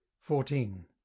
Fourteen